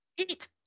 Eat